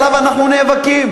עליו אנחנו נאבקים.